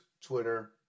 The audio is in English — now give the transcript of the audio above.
Twitter